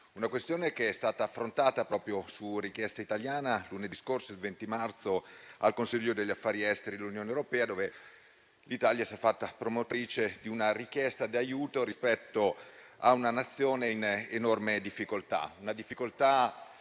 tunisina, che è stata affrontata su richiesta italiana lunedì scorso, il 20 marzo, al Consiglio degli affari esteri dell'Unione europea, dove l'Italia si è fatta promotrice di una richiesta di aiuto rispetto a una Nazione in enorme difficoltà.